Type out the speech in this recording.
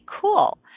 cool